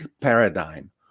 paradigm